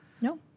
No